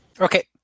Okay